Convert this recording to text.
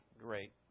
great